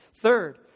third